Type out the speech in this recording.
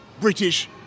British